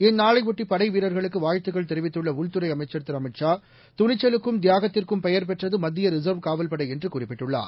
இந்நாளையொட்டி படைவீரர்களுக்குவாழ்த்துகள் தெரிவித்துள்ளஉள்துறைஅமைச்சர் திருஅமித்ஷா துணிச்சலுக்கும் தியாகத்திற்கும் பெயர்பெற்றதுமத்தியரிசர்வ் காவல்படைஎன்றுகுறிப்பிட்டுள்ளார்